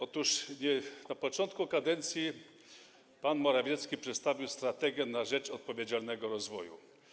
Otóż na początku kadencji pan Morawiecki przedstawił „Strategię na rzecz odpowiedzialnego rozwoju”